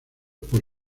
por